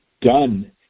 done